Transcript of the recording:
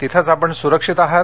तिथेच आपण सुरक्षित आहात